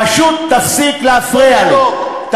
פשוט תפסיק להפריע לי.